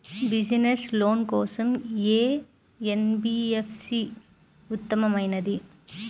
Business loan కోసం ఏ NBFC ఉత్తమమైనది?